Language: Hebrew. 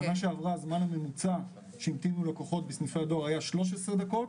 בשנה שעברה הזמן הממוצע שהמתינו לקוחות בסניפי הדואר היה 13 דקות,